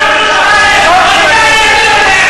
חברי הכנסת.